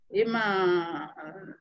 ima